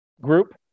group